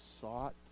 sought